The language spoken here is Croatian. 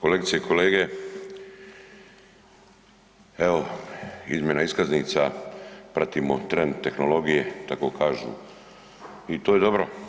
Kolegice i kolege, evo izmjena iskaznica, pratimo trend tehnologije, tako kažu i to je dobro.